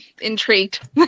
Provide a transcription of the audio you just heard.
intrigued